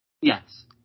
Yes